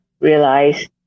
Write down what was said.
realize